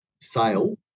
sale